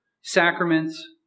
sacraments